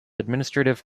administrative